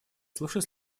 служат